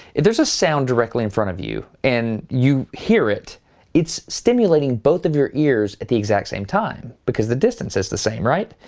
if there's a sound directly in front of you, and you hear it it's stimulating both of your ears at the exact same time because the distance is the same, right?